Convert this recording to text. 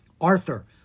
Arthur